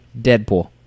Deadpool